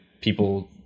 people